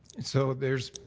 and so there's